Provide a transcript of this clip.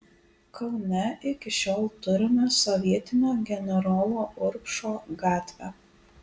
kaune iki šiol turime sovietinio generolo urbšo gatvę